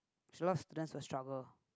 so a lot of students will struggle